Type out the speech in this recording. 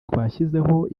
twashyizeho